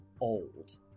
old